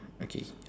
okay